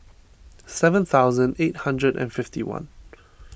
seven thousand eight hundred and fifty one